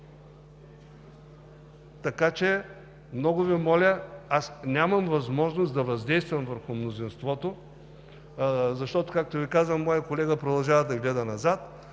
ечемик?! Много Ви моля – аз нямам възможност да въздействам върху мнозинството, защото, както Ви казвам, моят колега продължава да гледа назад,